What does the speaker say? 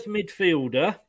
Midfielder